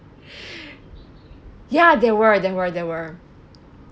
ya there were there were there were